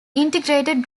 integrated